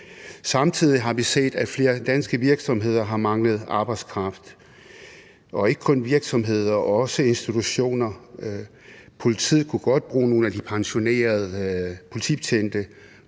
Samtidig har vi set, at flere danske virksomheder har manglet arbejdskraft – og ikke kun virksomheder, men også institutioner. Politiet kunne godt bruge nogle af de pensionerede politibetjente,